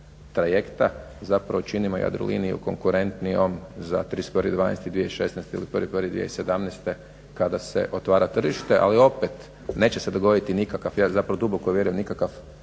trajekta zapravo činimo Jadroliniju konkurentnijom za 31.12.2016. ili 1.1.2017. kada se otvara tržište. Ali opet, neće se dogoditi nikakav, ja zapravo duboko vjerujem nikakav